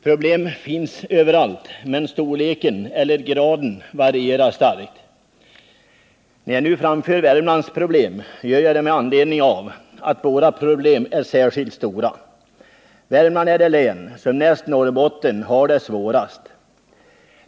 Problem finns överallt, men storleken eller graden av dem varierar starkt. När jag nu framför Värmlands problem gör jag det därför att de är särskilt stora. Värmland är det län som näst Norrbotten har det svårast.